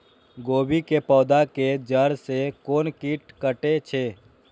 गोभी के पोधा के जड़ से कोन कीट कटे छे?